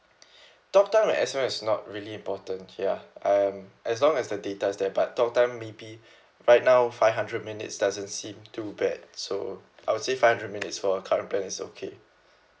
talk time and S_M_S is not really important ya um as long as the data is there but talk time maybe right now five hundred minutes doesn't seem too bad so I will say five hundred minutes for current plan is okay